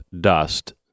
dust